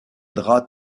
draps